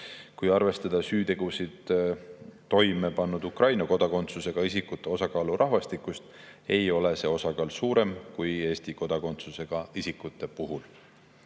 Kui arvestada süütegusid toime pannud Ukraina kodakondsusega isikute osakaalu rahvastikus, ei ole [nende süütegude] osakaal suurem kui Eesti kodakondsusega isikute puhul. Teine